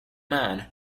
man